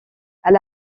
elle